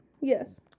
Yes